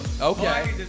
Okay